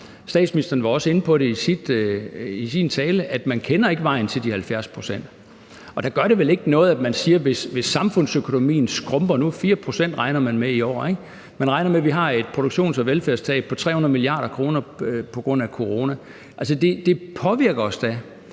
Statsministeren var også inde på i sin tale, at man ikke kender vejen til de 70 pct. Det gør vel ikke noget, at man siger, at hvis samfundsøkonomien skrumper 4 pct. i år, regner man med – man regner med, at vi har et produktions- og velfærdstab på 300 mia. kr. på grund af corona – så påvirker det os da.